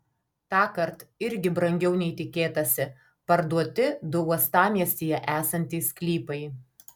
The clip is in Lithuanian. tąkart irgi brangiau nei tikėtasi parduoti du uostamiestyje esantys sklypai